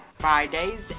Fridays